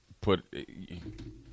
put –